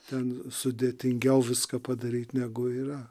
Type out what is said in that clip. ten sudėtingiau viską padaryti negu yra